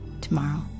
tomorrow